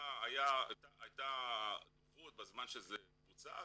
הייתה דוברות בזמן שזה בוצע,